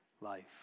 life